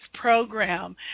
program